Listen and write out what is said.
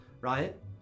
right